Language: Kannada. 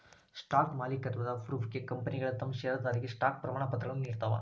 ಸ್ಟಾಕ್ ಮಾಲೇಕತ್ವದ ಪ್ರೂಫ್ಗೆ ಕಂಪನಿಗಳ ತಮ್ ಷೇರದಾರರಿಗೆ ಸ್ಟಾಕ್ ಪ್ರಮಾಣಪತ್ರಗಳನ್ನ ನೇಡ್ತಾವ